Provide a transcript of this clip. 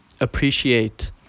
appreciate